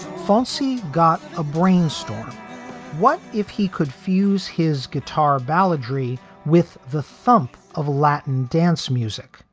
falsies got a brainstorm what if he could fuse his guitar balladry with the thump of latin dance music?